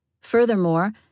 Furthermore